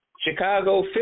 Chicago